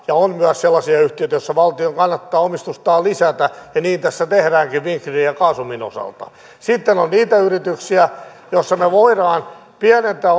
ja on myös sellaisia yhtiöitä joissa valtion kannattaa omistustaan lisätä ja niin tässä tehdäänkin fin gridin ja gasumin osalta sitten on niitä yrityksiä joissa me voimme pienentää